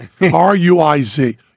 R-U-I-Z